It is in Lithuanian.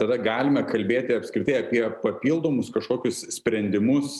tada galime kalbėti apskritai apie papildomus kažkokius sprendimus